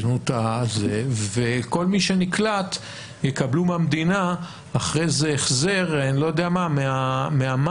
וכל מי שנקלט יקבל מהמדינה אחר כך החזר מהמס,